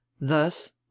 Thus